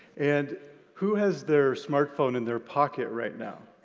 and who has their smartphone in their pocket right now?